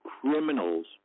criminals